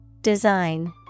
Design